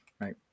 right